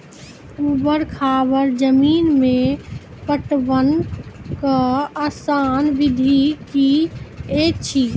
ऊवर खाबड़ जमीन मे पटवनक आसान विधि की ऐछि?